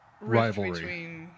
rivalry